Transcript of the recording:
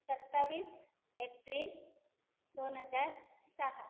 सत्तावीस एप्रिल दोन हजार सहा